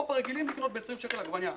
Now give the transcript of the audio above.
באירופה רגילים לקנות ב-20 שקלים קילו עגבנייה.